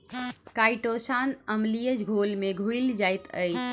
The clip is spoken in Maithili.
काइटोसान अम्लीय घोल में घुइल जाइत अछि